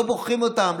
לא בוכים אותם,